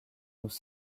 nous